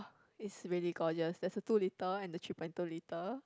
is really gorgeous there is a two litre and three point two litre